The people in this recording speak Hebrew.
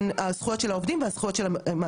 הזכויות של העובדים בהקשר הזה,